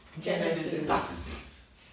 Genesis